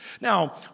Now